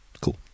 Cool